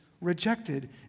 rejected